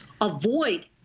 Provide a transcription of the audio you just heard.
avoid